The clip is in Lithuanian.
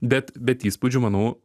bet bet įspūdžių manau